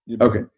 Okay